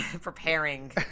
preparing